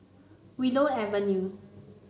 Willow Avenue